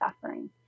suffering